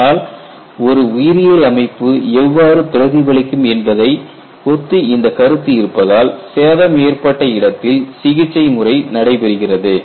ஆனால் ஒரு உயிரியல் அமைப்பு எவ்வாறு பதிலளிக்கும் என்பதை ஒத்து இந்த கருத்து இருப்பதால் சேதம் ஏற்பட்ட இடத்தில் சிகிச்சைமுறை நடைபெறுகிறது